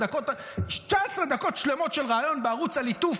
19 דקות שלמות של ריאיון בערוץ הליטוף,